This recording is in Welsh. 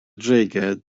dreigiau